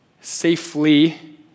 safely